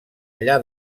allà